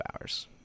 hours